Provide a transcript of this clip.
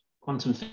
quantum